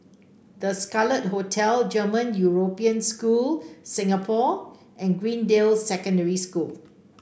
The Scarlet Hotel German European School Singapore and Greendale Secondary School